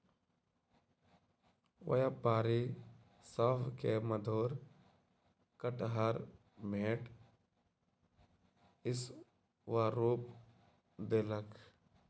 व्यापारी सभ के मधुर कटहर भेंट स्वरूप देलक